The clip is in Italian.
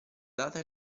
data